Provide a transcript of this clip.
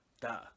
Duh